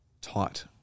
tight